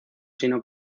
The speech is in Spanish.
sino